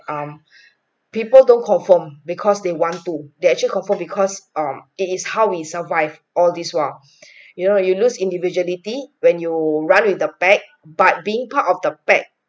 um people don't conform because they want to they actually conform because um it is how we survive all this while you know when you lose individuality when you run with the pack but being part of the pack